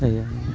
दायो